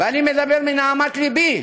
ואני מדבר מנהמת לבי,